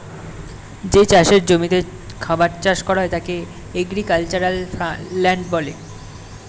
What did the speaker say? যে চাষের জমিতে খাবার চাষ করা হয় তাকে এগ্রিক্যালচারাল ল্যান্ড বলে